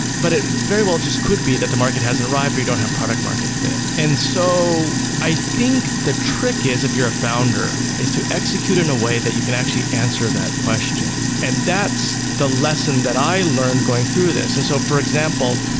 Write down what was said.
but it very well just could be that the market hasn't arrived or you don't have product market fit. and so i think the trick is if you're founder is to execute in a way that you can actually answer that question, and that's the lesson that i learned going through this. and so for example,